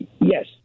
Yes